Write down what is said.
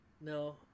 No